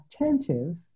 attentive